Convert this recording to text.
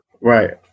Right